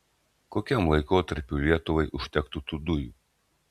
kokiam laikotarpiui lietuvai užtektų tų dujų